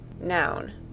Noun